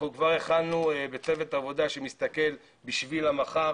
אנחנו כבר החלנו בצוות עבודה שמסתכל בשביל המחר